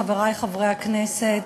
חברי חברי הכנסת,